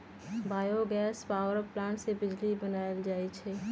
bio gas power plant से बिजली बनाएल जाइ छइ